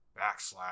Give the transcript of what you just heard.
backslash